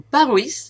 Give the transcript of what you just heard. Paris